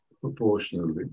proportionally